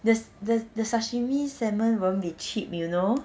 there's there's the sashimi salmon won't be cheap you know